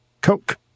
Coke